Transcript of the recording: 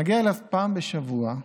מגיע אליו אחת לשבוע.